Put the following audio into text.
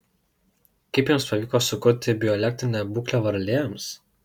kaip jums pavyko sukurti bioelektrinę būklę varlėms